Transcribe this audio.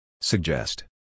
Suggest